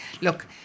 look